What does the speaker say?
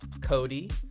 Cody